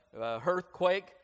earthquake